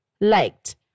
liked